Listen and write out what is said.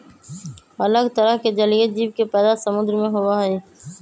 अलग तरह के जलीय जीव के पैदा समुद्र में होबा हई